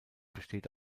besteht